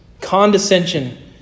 Condescension